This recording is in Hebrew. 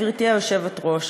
גברתי היושבת-ראש,